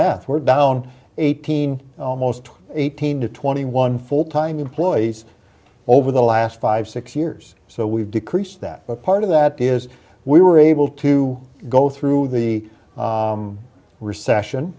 math we're down eighteen almost eighteen to twenty one full time employees over the last five six years so we've decreased that part of that is we were able to go through the recession